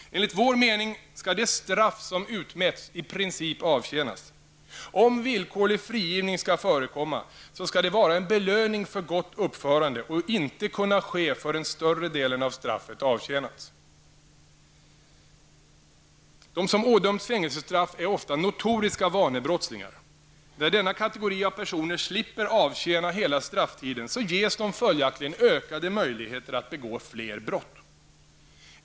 Enligt vår mening skall det straff som utmätts i princip avtjänas. Om villkorlig frigivning skall förekomma skall det vara en belöning för gott uppförande och inte kunna ske förrän större delen av straffet avtjänats. De som ådömts fängelsestraff är ofta notoriska vanebrottslingar. När denna kategori av personer slipper avtjäna hela strafftiden ges de följaktligen ökade möjligheter att begå fler brott.